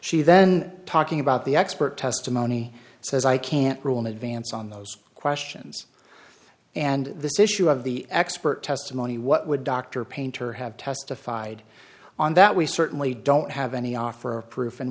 she then talking about the expert testimony says i can't rule in advance on those questions and this issue of the expert testimony what would dr painter have testified on that we certainly don't have any offer of proof and